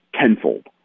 tenfold